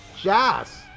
Jazz